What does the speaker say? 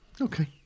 Okay